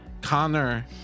Connor